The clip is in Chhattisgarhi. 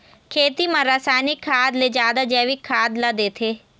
खेती म रसायनिक खाद ले जादा जैविक खाद ला देथे